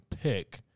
pick